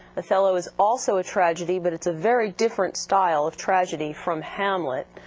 othello is also a tragedy, but it's a very different style of tragedy from hamlet.